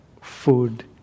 food